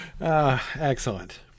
excellent